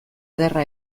ederra